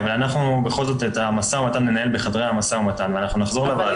אבל אנחנו את המשא ומתן ננהל בחדרי המשא ומתן ונחזור לוועדה,